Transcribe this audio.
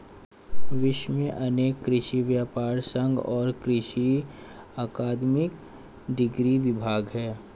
विश्व में अनेक कृषि व्यापर संघ और कृषि अकादमिक डिग्री विभाग है